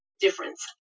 difference